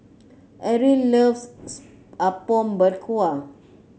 Ariel loves Apom Berkuah